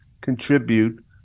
contribute